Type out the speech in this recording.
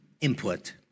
input